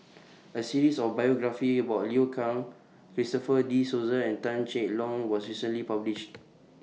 A series of biographies about Liu Kang Christopher De Souza and Tan Cheng Lock was recently published